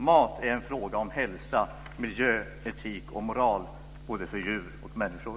Mat är en fråga om hälsa, miljö, etik och moral - både för djur och för människor.